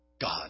God